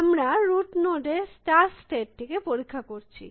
সুতরাং আমরা root node এর স্টার্ট স্টেট টিকে পরীক্ষা করছি